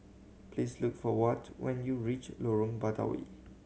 please look for Watt when you reach Lorong Batawi